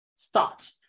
thought